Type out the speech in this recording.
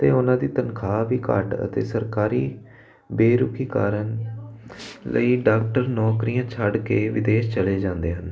ਅਤੇ ਉਹਨਾਂ ਦੀ ਤਨਖਾਹ ਵੀ ਘੱਟ ਅਤੇ ਸਰਕਾਰੀ ਬੇਰੁਖੀ ਕਾਰਨ ਕਈ ਡਾਕਟਰ ਨੌਕਰੀਆਂ ਛੱਡ ਕੇ ਵਿਦੇਸ਼ ਚਲੇ ਜਾਂਦੇ ਹਨ